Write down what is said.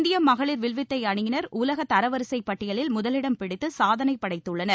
இந்திய மகளிர் வில்வித்தை அணியினர் உலக தரவரிசைப் பட்டியலில் முதலிடம் பிடித்து சாதனை படைத்துள்ளனர்